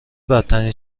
بدترین